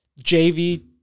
JV